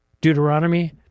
Deuteronomy